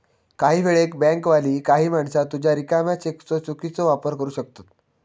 काही वेळेक बँकवाली काही माणसा तुझ्या रिकाम्या चेकचो चुकीचो वापर करू शकतत